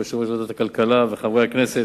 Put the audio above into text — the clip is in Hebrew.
ויושב-ראש ועדת הכלכלה וחברי הכנסת,